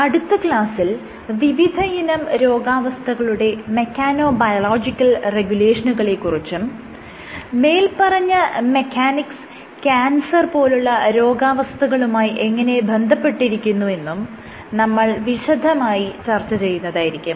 അടുത്ത ക്ലാസ്സിൽ വിവിധയിനം രോഗാവസ്ഥകളുടെ മെക്കാനോ ബയളോജിക്കൽ റെഗുലേഷനുകളെ കുറിച്ചും മേല്പറഞ്ഞ മെക്കാനിക്സ് ക്യാൻസർ പോലുള്ള രോഗാവസ്ഥകളുമായി എങ്ങനെ ബന്ധപ്പെട്ടിരിക്കുന്നു എന്നും നമ്മൾ വിശദമായി ചർച്ച ചെയ്യുന്നതായിരിക്കും